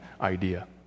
idea